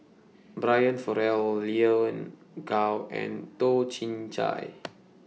Brian Farrell Lin Gao and Toh Chin Chye